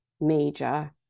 major